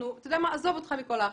עזוב מכל האחרים.